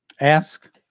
Ask